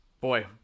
Boy